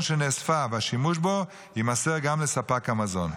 שנאספה והשימוש בו יימסר גם לספק המזון.